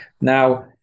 Now